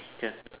can